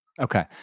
Okay